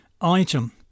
Item